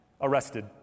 arrested